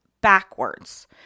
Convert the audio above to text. backwards